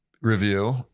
review